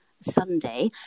Sunday